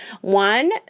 One